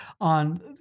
on